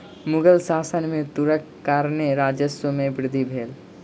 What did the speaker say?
मुग़ल शासन में तूरक कारणेँ राजस्व में वृद्धि भेल